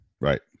right